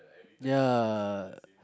ya